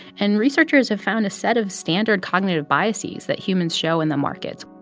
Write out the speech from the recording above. and researchers have found a set of standard cognitive biases that humans show in the markets